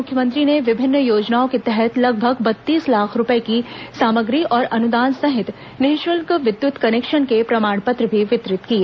मुख्यमंत्री ने विभिन्न योजनाओं के तहत लगभग बत्तीस लाख रुपए की सामग्री और अनुदान सहित निःशुल्क विद्युत कनेक्शन के प्रमाण पत्र भी वितरित किए